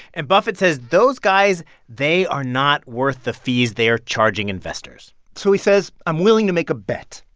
and buffett says those guys they are not worth the fees they are charging investors so he says, i'm willing to make a bet.